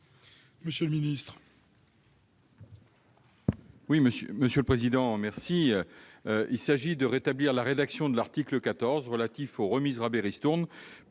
monsieur le ministre,